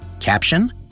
Caption